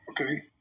okay